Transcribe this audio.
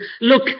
Look